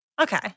Okay